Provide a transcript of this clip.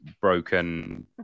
broken